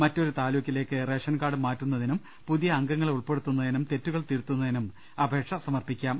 മറ്റൊരു താലൂക്കിലേക്ക് ration card മാറ്റുന്നതിനും പുതിയ അംഗങ്ങളെ ഉൾപ്പെടുത്തുന്നതിനും തെറ്റുകൾ തിരുത്തുന്നതിനും അപേക്ഷ സമർപ്പിക്കാം